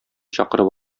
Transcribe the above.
чакырып